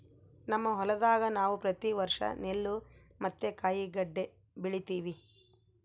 ನಮ್ಮ ಹೊಲದಾಗ ನಾವು ಪ್ರತಿ ವರ್ಷ ನೆಲ್ಲು ಮತ್ತೆ ಕಾಯಿಗಡ್ಡೆ ಬೆಳಿತಿವಿ